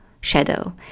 shadow